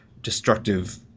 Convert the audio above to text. destructive